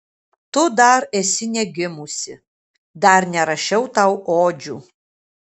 tu dar esi negimusi dar nerašiau tau odžių